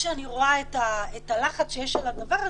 כשאני רואה את הלחץ על הדבר הזה,